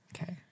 Okay